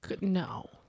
no